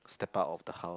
step out of the house